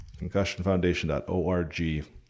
Concussionfoundation.org